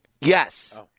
Yes